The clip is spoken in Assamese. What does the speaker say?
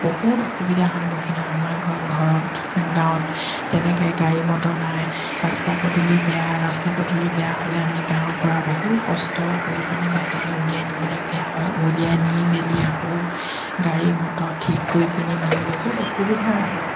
বহুত অসুবিধাৰ সন্মুখীন হয় আমাৰ ঘৰ ঘৰত গাঁৱত তেনেকে গাড়ী মটৰ নাই ৰাস্তা পদূলি বেয়া ৰাস্তা পদূলি বেয়া হ'লে আমি গাঁৱৰ পৰা বহু কষ্ট কৰি পিনি বাহিৰলে উলিয়াই নিবলগীয়া হয় উলিয়াই নি মেলি আকৌ গাড়ী মটৰ ঠিক কৰি পিনি মানে বহুত অসুবিধা হয়